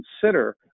consider